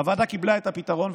הוועדה קיבלה את הפתרון,